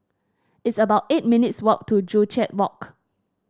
it's about eight minutes' walk to Joo Chiat Walk